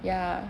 ya